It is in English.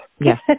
Yes